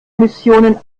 missionen